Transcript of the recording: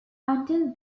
until